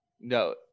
No